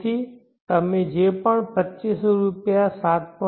તેથી તમે જે પણ 2500 રૂપિયા 7